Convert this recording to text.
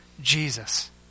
Jesus